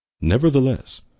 nevertheless